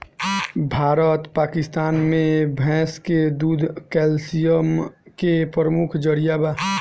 भारत पकिस्तान मे भैंस के दूध कैल्सिअम के प्रमुख जरिआ बा